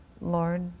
Lord